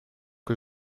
que